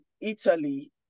Italy